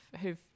who've